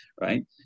Right